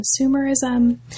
consumerism